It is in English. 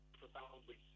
profoundly